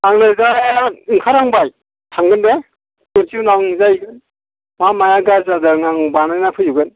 आं नै दा ओंखार हांबाय थांगोन दे दसे उनाव नुजा हैगोन मा माया गाज्रि जादों आं बानायना फैजोबगोन